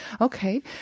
Okay